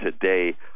today